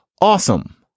Awesome